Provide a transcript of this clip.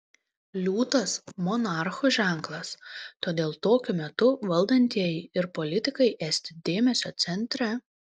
liūtas monarchų ženklas todėl tokiu metu valdantieji ir politikai esti dėmesio centre